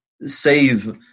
save